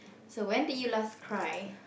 so when did you last cry